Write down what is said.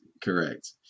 Correct